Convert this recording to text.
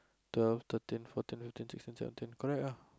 twelve thirteen fourteen fifteen sixteen seventeen correct ah